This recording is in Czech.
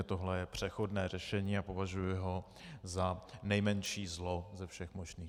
Tohle je přechodné řešení a považuji ho za nejmenší zlo ze všech možných.